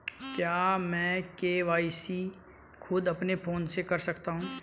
क्या मैं के.वाई.सी खुद अपने फोन से कर सकता हूँ?